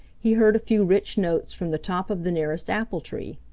he heard a few rich notes from the top of the nearest apple-tree.